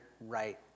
right